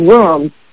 room